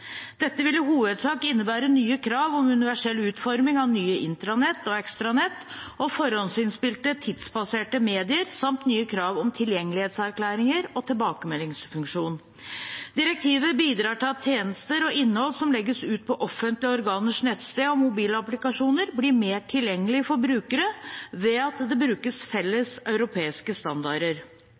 Dette vil i hovedsak innebære nye krav om universell utforming av nye intranett og ekstranett og forhåndsinnspilte tidsbaserte medier samt nye krav om tilgjengelighetserklæringer og tilbakemeldingsfunksjon. Direktivet bidrar til at tjenester og innhold som legges ut på offentlige organers nettsteder og mobilapplikasjoner, blir mer tilgjengelige for brukere ved at det brukes felles europeiske standarder.